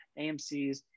AMCs